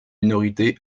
minorité